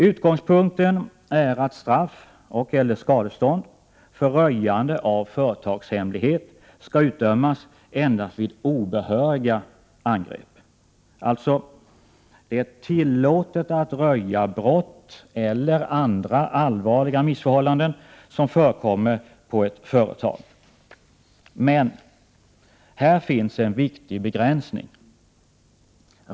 Utgångspunkten är att straff och/eller skadestånd för röjande av företagshemlighet skall utdömas endast vid ”obehöriga” angrepp. Alltså: Det är tillåtet att röja brott eller andra allvarliga missförhållanden som förekommer på ett företag. Men här finns en viktig begränsning.